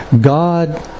God